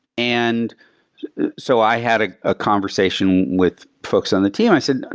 and so i had a ah conversation with folks on the team. i said, and